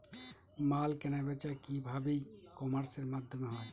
মাল কেনাবেচা কি ভাবে ই কমার্সের মাধ্যমে হয়?